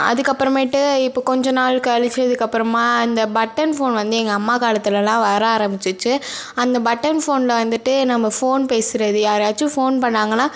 அதுக்கப்புறமேட்டு இப்போ கொஞ்ச நாள் கழிச்சதுக்கப்பறமா இந்த பட்டன் ஃபோன் வந்து எங்கள் அம்மா காலத்துலலாம் வர்ற ஆரம்பிச்சிச்சு அந்த பட்டன் ஃபோனில் வந்துட்டு நம்ம ஃபோன் பேசுகிறது யாராச்சும் ஃபோன் பண்ணாங்கன்னால்